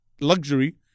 luxury